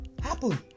happen